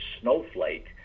snowflake